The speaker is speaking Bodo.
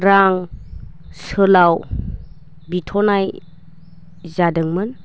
रां सोलाव बिथ'नाय जादोंमोन